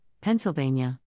Pennsylvania